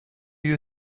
you